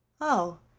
oh!